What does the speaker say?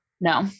No